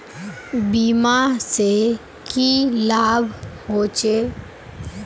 बीमा से की लाभ होचे?